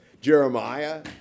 Jeremiah